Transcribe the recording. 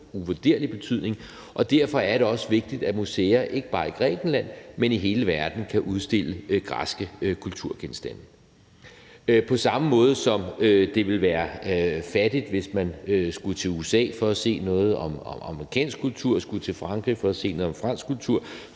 civilisation, og derfor er det også vigtigt, at museer ikke bare i Grækenland, men i hele verden kan udstille græske kulturgenstande. På samme måde, som vi synes, det ville være fattigt, hvis man skulle til USA for at se noget om amerikansk kultur, skulle til Frankrig for at se noget om fransk kultur,